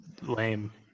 lame